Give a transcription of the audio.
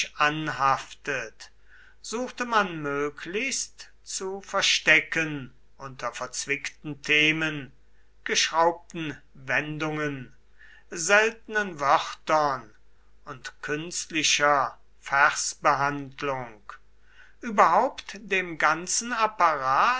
anhaftet suchte man möglichst zu verstecken unter verzwickten themen geschraubten wendungen seltenen wörtern und künstlicher versbehandlung überhaupt dem ganzen apparat